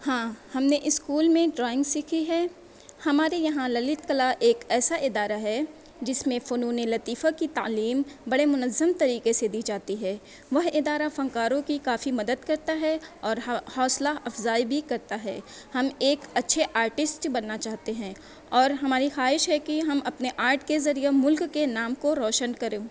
ہاں ہم نے اسکول میں ڈرائنگ سیکھی ہے ہمارے یہاں للت کلا ایسا ایک ادارہ ہے جس میں فنون لطیفہ کی تعلیم بڑے منظم طریقے سے دی جاتی ہے وہ ادارہ فنکاروں کی کافی مدد کرتا ہے اور حوصلہ افزائی بھی کرتا ہے ہم ایک اچھے آرٹسٹ بننا چاہتے ہیں اور ہماری خواہش ہے کہ ہم اپنے آرٹ کے ذریعے ملک کے نام کو روشن کریں